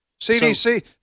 CDC